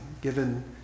given